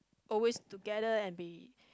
always together and be